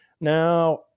Now